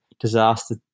disaster